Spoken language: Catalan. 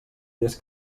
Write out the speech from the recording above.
des